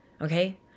okay